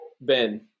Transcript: Ben